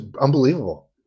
unbelievable